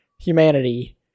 humanity